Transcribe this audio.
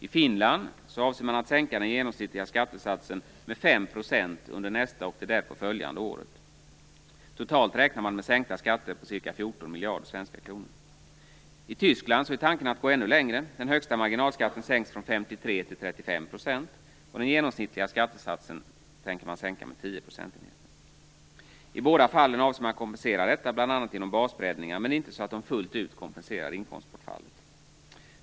I Finland avser man att sänka den genomsnittliga skattesatsen med 5 % under nästa och det därpå följande året. Totalt räknar man med sänkta skatter med ca 14 miljarder svenska kronor. I Tyskland är tanken att gå ännu längre. Den högsta marginalskatten sänks från 53 till 35 %. Den genomsnittliga skattesatsen tänker man sänka med 10 I båda fall avser man att kompensera detta bl.a. genom basbreddningar, men inte så att de fullt ut kompenserar inkomstbortfallet.